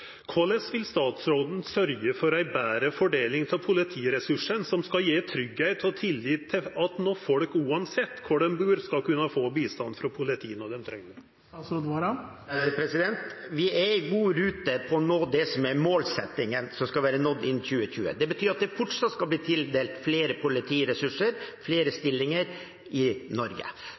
Korleis vil statsråden sørgja for ei betre fordeling av politiressursane, som skal gje tryggleik og tillit til at folk uansett kor dei bur, skal kunna få bistand frå politiet når dei treng det? Vi er i god rute med å nå det som er målsettingen, som skal være nådd innen 2020. Det betyr at det fortsatt skal bli tildelt flere politiressurser, flere stillinger i